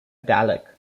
dalek